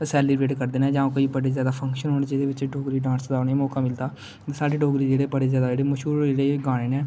celebrate करदे ना जां कोई बडे़ ज्यादा फंक्शन होन जेहदे बिच डोगरी डाॅंस करने दा उनेंगी मौका मिलदा सढ़े डोगरी जेहडे बडे़ ज्यादा जेहडे़ मश्हूर होई गेदे